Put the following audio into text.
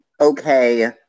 Okay